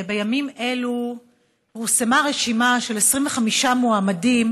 בימים אלו פורסמה רשימה של 25 מועמדים